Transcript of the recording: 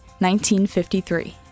1953